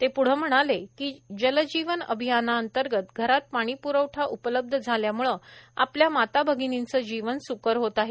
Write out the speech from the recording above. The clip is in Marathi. ते प्ढे म्हणाले कि जल जीवन अभियानांतर्गत घरात पाणीप्रवठा उपलब्ध झाल्याम्ळे आपल्या माता भगिनींचे जीवन स्कर होत आहे